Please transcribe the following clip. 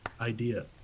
idea